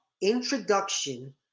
introduction